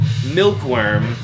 Milkworm